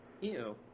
Ew